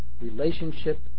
relationship